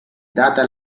data